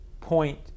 point